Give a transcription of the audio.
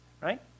right